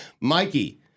Mikey